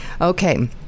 okay